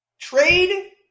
trade